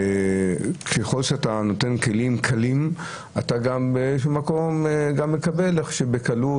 ככל שאתה נותן כלים קלים אתה באיזשהו מקום גם מקבל בקלות.